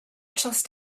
trust